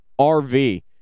RV